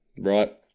Right